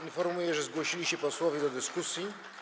Informuję, że zgłosili się posłowie do dyskusji.